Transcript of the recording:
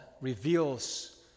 reveals